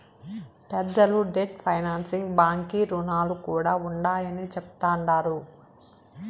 పెద్దలు debt financing బాంకీ రుణాలు కూడా ఉండాయని చెప్తండారు